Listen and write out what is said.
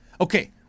okay